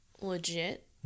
legit